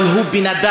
אבל הוא בן-אדם.